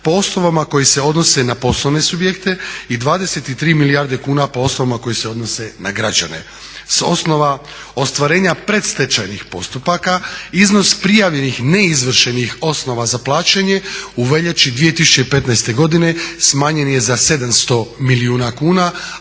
po osnovama koje se odnose na poslovne subjekte i 23 milijarde kuna po osnovama koje se odnose na građane. S osnova ostvarenja predstečajnih postupaka iznos prijavljenih neizvršenih osnova za plaćanje u veljači 2015.godine smanjen je za 700 milijuna kuna